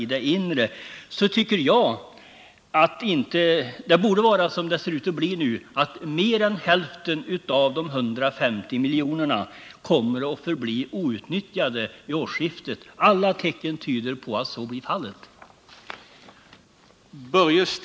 i det inre, borde det inte vara så som det nu ser ut att bli, nämligen att mer än hälften av de 150 miljonerna är outnyttjade vid årsskiftet. Alla tecken tyder på att så blir fallet.